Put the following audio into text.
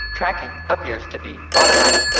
tracking appears to be automatic.